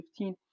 2015